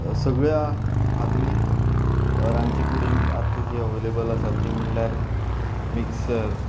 सगळ्या आधुनीक रांदचे कुडींत आतां जीं अवेलेबल आसात तीं म्हणल्यार मिक्सर